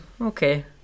okay